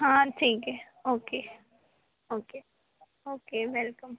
हाँ ठीक है ओके ओके ओके वेलकम